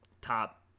top